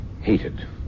hated